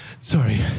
Sorry